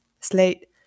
Slate